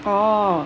orh